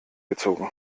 gezogen